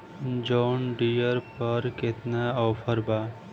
John Deere पर केतना offer बा?